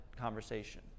conversation